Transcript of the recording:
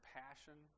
passion